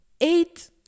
eight